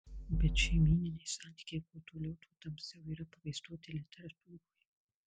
bet šeimyniniai santykiai kuo toliau tuo tamsiau yra pavaizduoti literatūroje